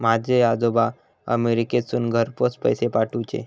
माझे आजोबा अमेरिकेतसून घरपोच पैसे पाठवूचे